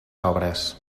obres